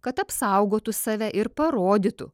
kad apsaugotų save ir parodytų